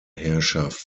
herrschaft